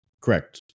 Correct